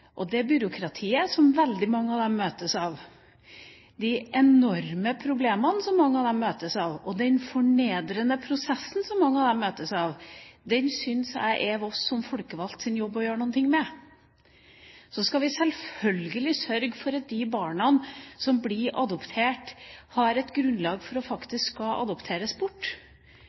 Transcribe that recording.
gjør. Det byråkratiet som veldig mange av dem møtes av, de enorme problemene som mange av dem møtes av, og den fornedrende prosessen som mange av dem møtes av, syns jeg det er vår jobb som folkevalgte å gjøre noe med. Så skal vi selvfølgelig sørge for, når det gjelder de barna som blir adoptert, at det er et grunnlag for at de faktisk skal adopteres bort.